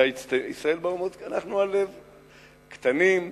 ישראל באומות, כי אנחנו הלב, קטנים,